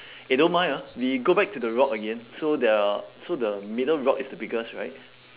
eh don't mind ah we go back to the rock again so there are so the middle rock is the biggest right